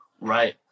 right